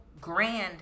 grand